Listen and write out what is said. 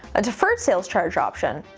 a deferred sales charge option,